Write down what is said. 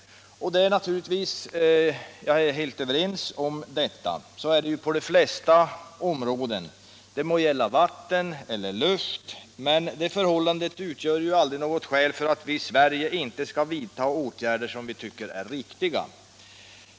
Jag är helt överens med utskottet om detta. Så är det ju på de flesta områden — det må gälla vatten eller luft. Men det förhållandet utgör ju aldrig något skäl för att vi i Sverige inte skall vidta åtgärder som vi tycker är riktiga.